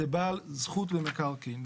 זה בעל זכות במקרקעין.